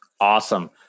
Awesome